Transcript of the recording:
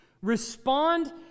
respond